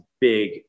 big